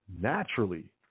naturally